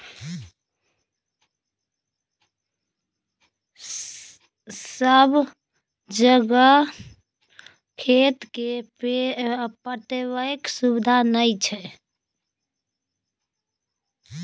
सब जगह खेत केँ पटेबाक सुबिधा नहि छै